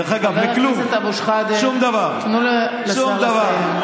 דרך אגב, לכלום, שום דבר, שום דבר.